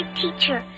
teacher